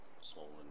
swollen